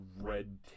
red